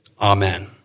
Amen